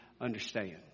understand